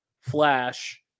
Flash